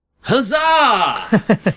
huzzah